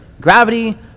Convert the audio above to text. gravity